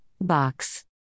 box